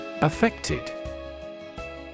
Affected